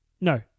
No